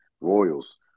Royals